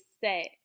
set